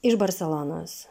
iš barselonos